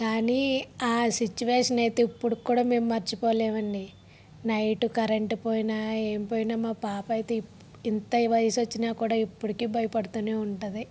కానీ ఆ సిచువేషన్ అయితే ఇప్పుడు కూడా మేము మర్చిపోలేము అండి నైట్ కరెంటు పోయినా ఏం పోయినా మా పాప అయితే ఇంత వయసు వచ్చినా కూడా ఇప్పటికీ భయపడుతూనే ఉంటుంది